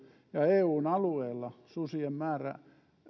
eun alueella susien määrä